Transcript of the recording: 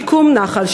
שיקום נחל,